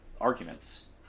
arguments